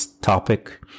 topic